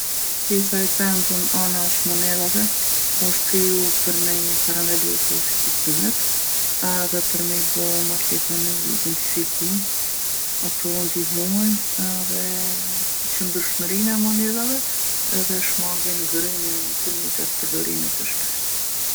Pjesa e gdhendun anash monedhave osht kriju për me i parandalu fallsifikimet edhe për mi bo ma t'lehta me u i identifiku. Ato ndihmojnë edhe qëndrushmërinë e monedhave edhe shmangin grymjen e tyne gjatë përdorimit të shpeshtë.